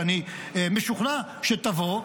שאני משוכנע שתבוא,